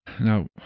Now